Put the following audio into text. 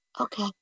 Okay